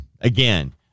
again